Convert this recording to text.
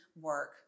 work